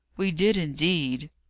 we did, indeed!